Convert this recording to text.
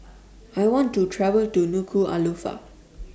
I want to travel to Nuku'Alofa